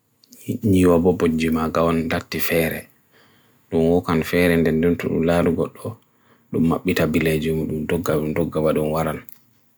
Niyawapo jime kaon dakti feare nungo kan feare nden den tu lalu galo nungo maapi tabile jewe mundungo togka wa dong waran